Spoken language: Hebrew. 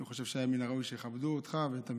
אני חושב שהיה מן הראוי שיכבדו אותך ואת המגזר,